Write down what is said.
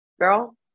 Girl